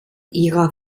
ihrer